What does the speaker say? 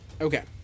Okay